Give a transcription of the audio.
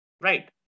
right